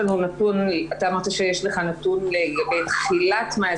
אתה אמרת שיש לך נתון לגבי תחילת מאי,